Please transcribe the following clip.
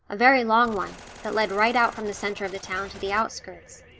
a very long one, that led right out from the centre of the town to the outskirts.